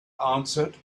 answered